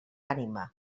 ànima